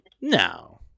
No